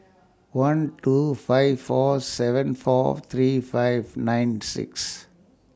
one two five four seven four three five nine six